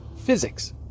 physics